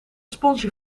sponsje